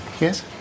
Yes